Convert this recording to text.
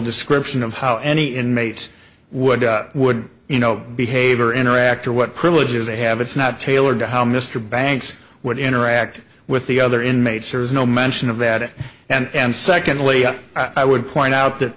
description of how any inmates would would you know behave or interact or what privileges they have it's not tailored to how mr banks would interact with the other inmates there is no mention of that and secondly i would point out th